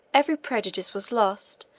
every prejudice was lost,